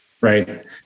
Right